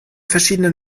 verschiedenen